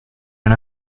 una